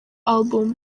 album